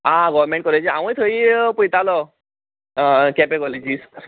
आं government college हांवय थंय पयतालो हय हय केपें कॉलेजींत